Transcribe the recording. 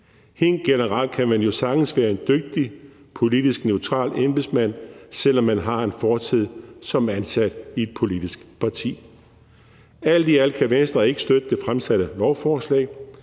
Helt generelt kan man jo sagtens være en dygtig politisk neutral embedsmand, selv om man har en fortid som ansat i et politisk parti. Alt i alt kan Venstre ikke støtte det fremsatte beslutningsforslag.